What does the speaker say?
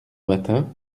matin